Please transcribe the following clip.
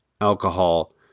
alcohol